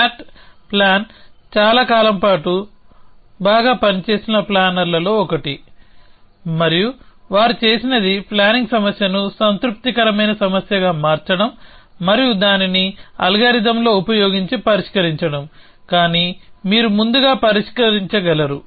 SAT plan చాలా కాలం పాటు బాగా పనిచేసిన ప్లానర్లలో ఒకటి మరియు వారు చేసినది ప్లానింగ్ సమస్యను సంతృప్తికరమైన సమస్యగా మార్చడం మరియు దానిని అల్గారిథమ్లో ఉపయోగించి పరిష్కరించడం కానీ మీరు ముందుగా పరిష్కరించ గలరు